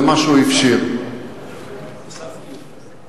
זה מה שהוא הפשיר בשנתיים האחרונות.